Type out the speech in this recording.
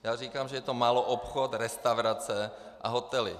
Já říkám, že je to maloobchod, restaurace a hotely.